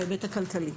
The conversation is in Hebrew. בהיבט הכלכלי,